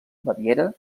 baviera